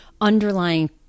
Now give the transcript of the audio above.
underlying